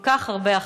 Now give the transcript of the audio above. כל כך הרבה אחרים,